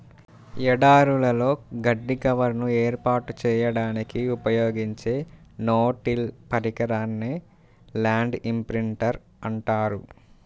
ఎడారులలో గడ్డి కవర్ను ఏర్పాటు చేయడానికి ఉపయోగించే నో టిల్ పరికరాన్నే ల్యాండ్ ఇంప్రింటర్ అంటారు